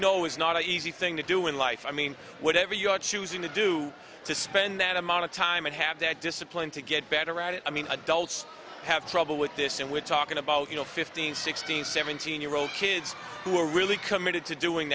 know is not an easy thing to do in life i mean whatever your choosing to do to spend that amount of time and have that discipline to get better at it i mean adults have trouble with this and we're talking about you know fifteen sixteen seventeen year old kids who are really committed to doing